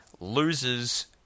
loses